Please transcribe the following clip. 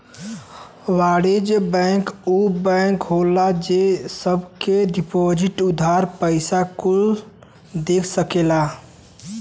वाणिज्य बैंक ऊ बैंक होला जे सब के डिपोसिट, उधार, पइसा कुल दे सकेला